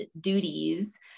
duties